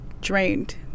drained